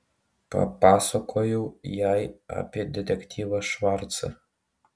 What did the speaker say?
papasakojau jai apie detektyvą švarcą